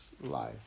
life